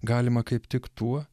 galima kaip tik tuo